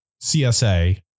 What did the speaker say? CSA